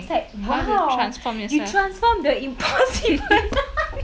it's like !wow! you transform the impossible